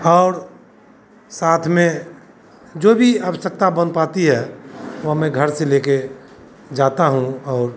और साथ में जो भी आवश्यक्ता बन पाती है वह मैं घर से लेकर जाता हूँ और